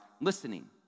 listening